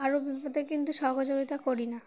কারুর বিপদে কিন্তু সহযোগিতা করি না